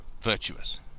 virtuous